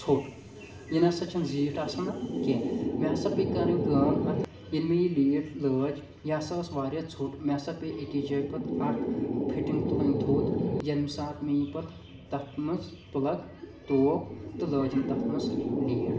ژھوٚٹ یہِ نسا چھنہٕ زیٖٹھ آسان اتھ کینٛہہ مےٚ ہسا پیٚیہِ کرٕنۍ کٲم اتھ ییٚلہِ مےٚ یہِ لیٖڈ لٲج یہِ ہسا ٲس واریاہ ژھوٚٹ مےٚ ہسا پیٚیہِ أکِس جایہِ پتہٕ اکھ فٹنٛگ تُلٕنۍ تھوٚد ییٚمہِ ساتہٕ مےٚ یہِ پتہٕ تتھ منٛز پٕلگ ترٛوو تہٕ لٲجِم تتھ منٛز لیٖڈ